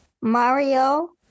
Mario